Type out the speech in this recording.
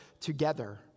together